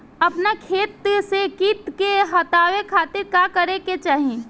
अपना खेत से कीट के हतावे खातिर का करे के चाही?